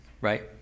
right